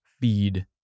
feed